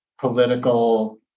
political